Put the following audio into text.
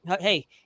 hey